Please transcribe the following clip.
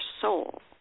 soul